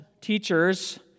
teachers